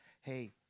hey